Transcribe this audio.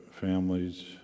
families